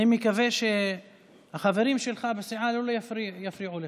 אני מקווה שהחברים שלך בסיעה לא יפריעו לך.